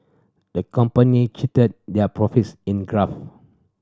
the company cheated their profits in graph